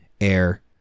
air